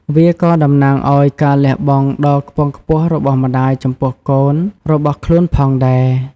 វាក៏តំណាងឱ្យការលះបង់ដ៏ខ្ពង់ខ្ពស់របស់ម្តាយចំពោះកូនរបស់ខ្លួនផងដែរ។